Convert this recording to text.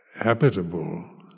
habitable